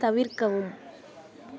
தவிர்க்கவும்